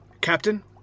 Captain